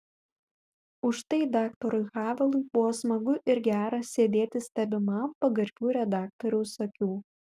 užtai daktarui havelui buvo smagu ir gera sėdėti stebimam pagarbių redaktoriaus akių